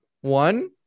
One